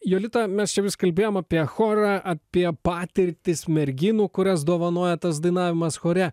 jolita mes čia vis kalbėjom apie chorą apie patirtis merginų kurias dovanoja tas dainavimas chore